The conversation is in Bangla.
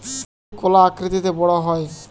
কি দিলে কলা আকৃতিতে বড় হবে?